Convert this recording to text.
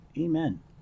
Amen